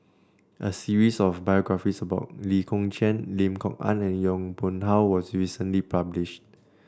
a series of biographies about Lee Kong Chian Lim Kok Ann and Yong Pung How was recently published